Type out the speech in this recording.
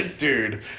dude